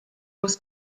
was